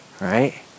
right